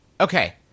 Okay